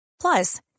Plus